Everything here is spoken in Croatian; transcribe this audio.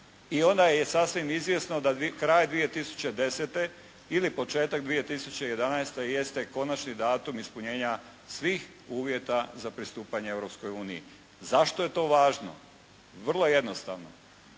I onda je sasvim izvjesno da kraj 2010. ili početak 2011. jeste konačni datum ispunjenja svih uvjeta za pristupanje Europskoj uniji. Zašto je to važno? Vrlo jednostavno.